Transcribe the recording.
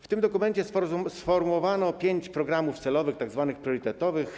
W tym dokumencie sformułowano pięć programów celowych, tzw. priorytetowych.